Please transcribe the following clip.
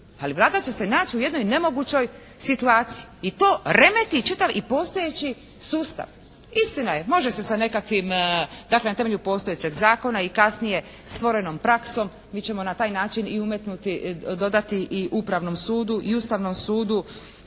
Ali Vlada će se naći u jednoj nemogućoj situaciji i to remeti čitav i postojeći sustav. Istina je, može se sa nekakvim dakle na temelju postojećeg zakona i kasnije stvorenom praksom mi ćemo na taj način i umetnuti, dodati i Upravnom sudu i Ustavnom sudu